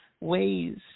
ways